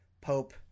Pope